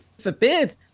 forbid